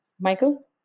Michael